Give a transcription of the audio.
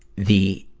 the,